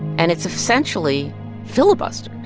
and it's essentially filibustered.